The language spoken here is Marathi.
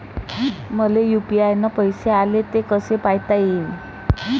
मले यू.पी.आय न पैसे आले, ते कसे पायता येईन?